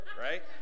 right